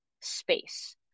space